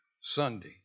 Sunday